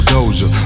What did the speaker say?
Doja